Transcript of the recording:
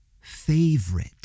Favorite